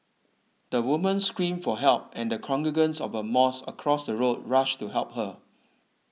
the woman screamed for help and congregants of a mosque across the road rushed to help her